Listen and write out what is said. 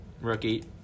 rookie